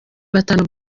batanu